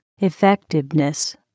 effectiveness